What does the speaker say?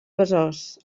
besòs